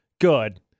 good